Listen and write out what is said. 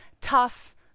tough